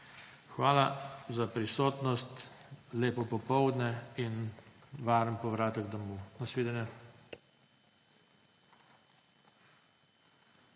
Hvala za prisotnost, lepo popoldne in varen povratek domov. Nasvidenje.